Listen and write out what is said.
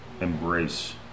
embrace